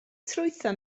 trwytho